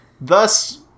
Thus